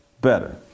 better